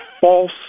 false